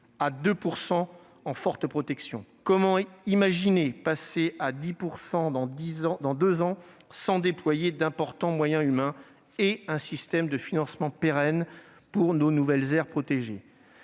à 2 %. Comment imaginer la faire passer à 10 % en deux ans sans déployer d'importants moyens humains et un système de financement pérenne pour nos nouvelles aires protégées ?